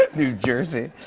new jersey.